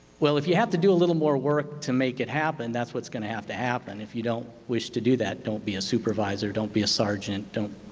well if you have to do a little more work to make it happen, that's what's going to have to happen. if you don't wish to do that, don't be a supervisor, don't be a sergeant. don't